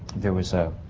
there was a.